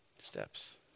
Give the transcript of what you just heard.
steps